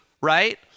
right